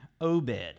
Obed